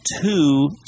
two